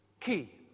Key